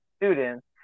students